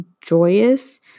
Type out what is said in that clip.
joyous